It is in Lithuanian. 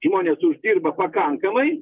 įmonės uždirba pakankamai